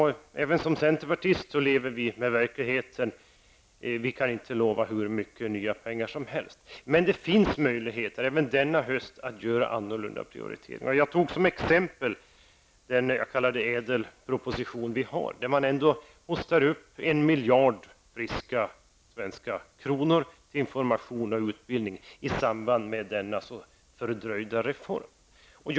Även som centerpartister lever vi med verkligheten. Vi kan inte lova hur mycket nya pengar som helst. Men det finns möjligheter även denna höst att göra annorlunda prioriteringar. Jag tog som exempel Ädel-propositionen, i vilken man hostar upp 1 miljard friska svenska kronor till information och utbildning i samband med den fördröjda reformen.